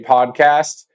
Podcast